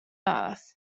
earth